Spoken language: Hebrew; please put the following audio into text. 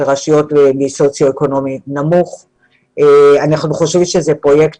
מצב סוציו אקונומי נמוך ואנחנו חושבים שזה פרויקט